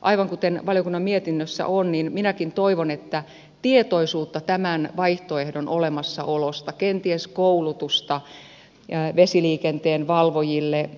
aivan kuten valiokunnan mietinnössä on niin minäkin toivon että tietoisuutta tämän vaihtoehdon olemassaolosta kenties koulutusta vesiliikenteen valvojille